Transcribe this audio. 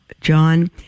John